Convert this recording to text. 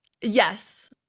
yes